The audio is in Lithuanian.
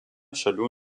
šalių